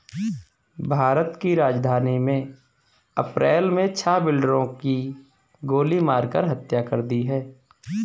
भारत की राजधानी में अप्रैल मे छह बिल्डरों की गोली मारकर हत्या कर दी है